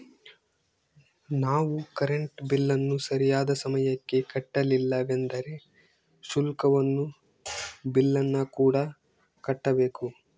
ನಾವು ಕರೆಂಟ್ ಬಿಲ್ಲನ್ನು ಸರಿಯಾದ ಸಮಯಕ್ಕೆ ಕಟ್ಟಲಿಲ್ಲವೆಂದರೆ ಶುಲ್ಕವನ್ನು ಬಿಲ್ಲಿನಕೂಡ ಕಟ್ಟಬೇಕು